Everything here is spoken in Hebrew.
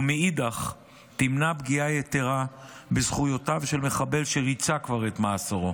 ומאידך גיסא תימנע פגיעה יתרה בזכויותיו של מחבל שריצה כבר את מאסרו.